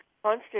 constant